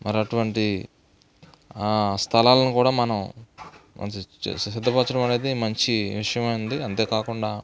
మరి అటువంటి స్థలాలను కూడా మనము సిద్ధపరచడం అనేది కూడా మంచి విషయమేండి అంతేకాకుండా